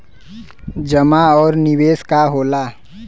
जमा और निवेश का होला?